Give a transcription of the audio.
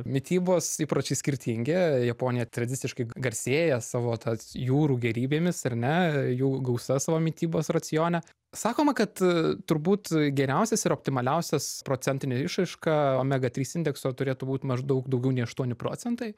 mitybos įpročiai skirtingi japonija tradiciškai garsėja savo tas jūrų gėrybėmis ar ne jų gausa savo mitybos racione sakoma kad turbūt geriausias ir optimaliausias procentine išraiška omega trys indekso turėtų būt maždaug daugiau nei aštuoni procentai